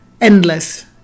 Endless